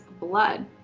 blood